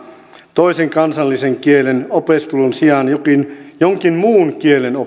toisen kansallisen kielen opiskelun sijaan jonkin jonkin muun kielen opiskelu